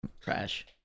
Trash